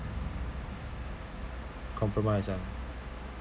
compromise lah